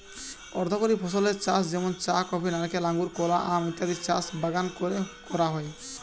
অর্থকরী ফসলের চাষ যেমন চা, কফি, নারকেল, আঙুর, কলা, আম ইত্যাদির চাষ বাগান কোরে করা হয়